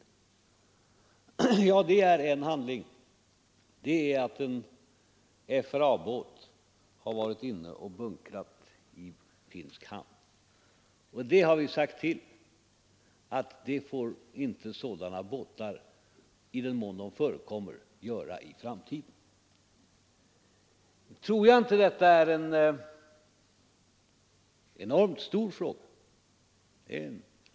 Det rör sig om en enda handling — att en FRA-båt har varit inne och bunkrat i finsk hamn. Och vi har sagt till att sådana båtar, i den mån de förekommer, inte får bunkra på detta sätt i framtiden. Nu tror jag inte att detta är någon enormt stor fråga.